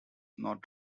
not